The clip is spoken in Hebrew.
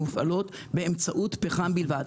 מופעלות באמצעות פחם בלבד,